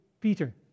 Peter